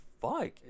fuck